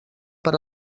per